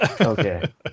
okay